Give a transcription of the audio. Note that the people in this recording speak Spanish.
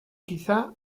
quizá